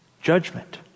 judgment